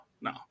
no